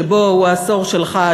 שבו הוא העשור שלך,